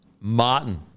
Martin